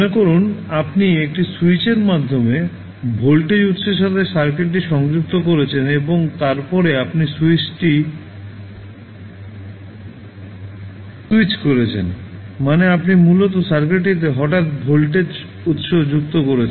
মনে করুন আপনি একটি স্যুইচের মাধ্যমে ভোল্টেজ উত্সের সাথে সার্কিটটি সংযুক্ত করছেন এবং তারপরে আপনি স্যুইচটি স্যুইচ করেছেন মানে আপনি মূলত সার্কিটটিতে হঠাৎ ভোল্টেজ উত্স যুক্ত করছেন